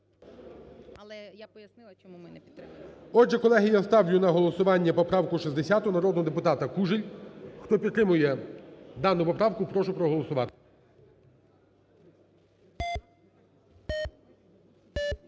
Отже, колеги, я ставлю на голосування поправку 60 народного депутата Кужель. Хто підтримує дану поправку, прошу проголосувати.